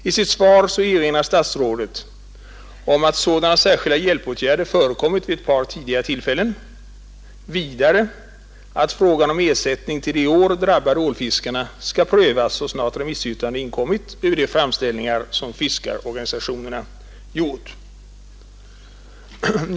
I sitt svar erinrar statsrådet om att sådana särskilda hjälpåtgärder förekommit vid ett par tidigare tillfällen och vidare att frågan om ersättning till de i år drabbade ålfiskarna skall prövas så snart remissyttranden inkommit över de framställningar som fiskarorganisationerna gjort.